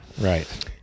right